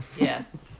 Yes